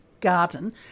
garden